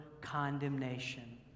condemnation